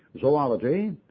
zoology